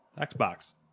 Xbox